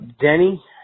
Denny